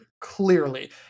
Clearly